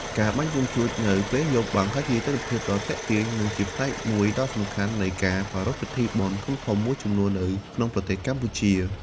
ការបាញ់កាំជ្រួចនៅពេលយប់បានក្លាយជាទិដ្ឋភាពដ៏ទាក់ទាញ និងជាផ្នែកមួយដ៏សំខាន់នៃការប្រារព្ធពិធីបុណ្យធំៗមួយចំនួននៅក្នុងប្រទេសកម្ពុជា។